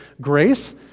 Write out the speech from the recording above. grace